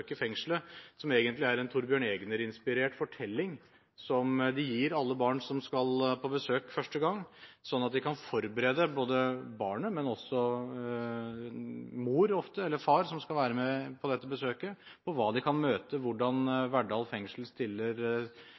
som egentlig er en Thorbjørn Egner-inspirert fortelling som de gir alle barn som skal på besøk første gang, sånn at de kan forberede barnet, men også mor – ofte – eller far, som skal være med på dette besøket, på hva de kan møte, hvordan Verdal fengsel stiller